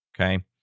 okay